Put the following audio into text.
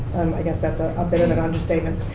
i guess that's a ah bit of an understatement.